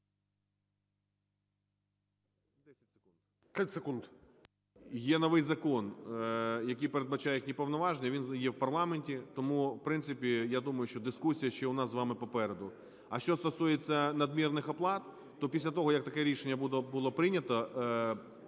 …є новий закон, який передбачає, які повноваження, він є в парламенті. Тому, в принципі, я думаю, що дискусія ще у нас з вами попереду. А що стосується надмірних оплат, то після цього, як таке рішення було прийнято